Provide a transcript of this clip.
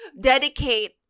Dedicate